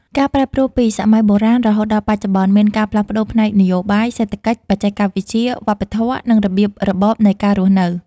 ការប្រែប្រួលពីសម័យបុរាណរហូតដល់បច្ចុប្បន្ន មានការផ្លាស់ប្តូរផ្នែកនយោបាយ សេដ្ឋកិច្ច បច្ចេកវិទ្យា វប្បធម៌ និងរបៀបរបបនៃការរស់នៅ។